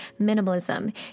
Minimalism